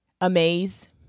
amaze